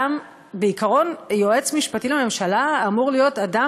בעיקרון יועץ משפטי לממשלה אמור להיות אדם